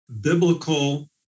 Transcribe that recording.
biblical